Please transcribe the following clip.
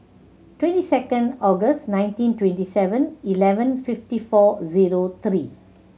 twenty second August nineteen twenty Seven Eleven fifty four zero three